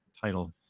title